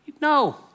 no